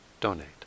donate